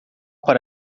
para